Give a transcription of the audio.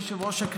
כבוד היושב-ראש,